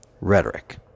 Rhetoric